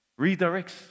Redirects